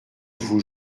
vous